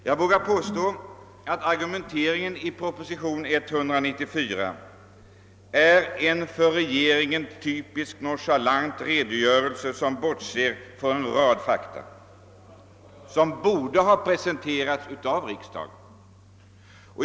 Jag vågar påstå att propositionen nr 194 är en för regeringen typisk nonchalant redogörelse, vari bortses från en rad fakta som borde ha presenterats inför riksdagen.